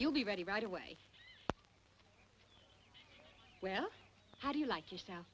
you'll be ready right away well how do you like your